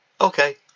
Okay